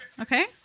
okay